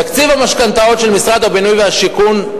תקציב המשכנתאות של משרד הבינוי והשיכון,